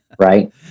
Right